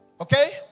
Okay